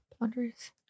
boundaries